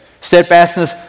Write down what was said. Steadfastness